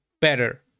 better